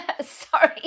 sorry